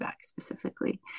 specifically